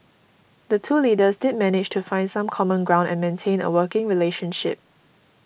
the two leaders did manage to find some common ground and maintain a working relationship